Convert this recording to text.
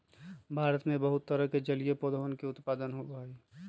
भारत में बहुत तरह के जलीय पौधवन के उत्पादन होबा हई